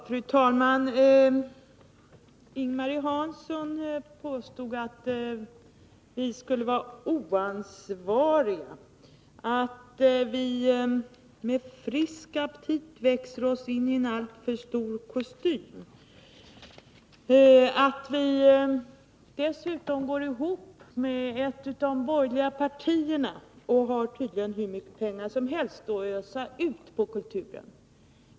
Fru talman! Ing-Marie Hansson påstod att vi är oansvariga, att vi med frisk aptit växer oss in i en alltför stor kostym och att vi dessutom går ihop med ett av de borgerliga partierna och tycks ha hur mycket pengar som helst att ösa ut på kulturen.